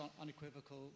unequivocal